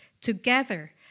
together